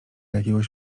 jakiegoś